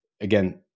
again